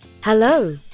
Hello